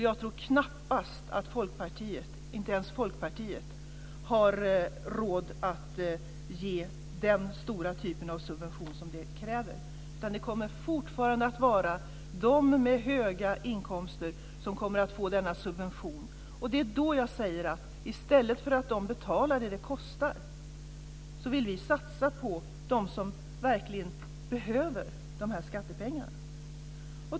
Jag tror knappast att ens Folkpartiet har råd att ge den stora subvention som det skulle kräva. Det kommer fortfarande att vara de med höga inkomster som får denna subvention. Det är då jag säger: I stället får de betala vad det kostar. Vi vill satsa på dem som verkligen behöver de här skattepengarna.